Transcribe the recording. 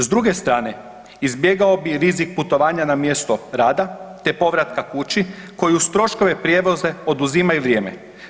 S druge strane, izbjegao bi rizik putovanja na mjesto rada te povratka kući koji uz troškove prijevoza oduzima i vrijeme.